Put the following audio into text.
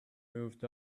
moved